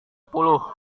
puluh